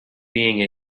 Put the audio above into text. being